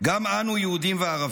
גם אנו, יהודים וערבים,